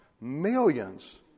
millions